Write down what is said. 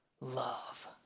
love